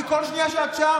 כי כל שנייה שאת שם,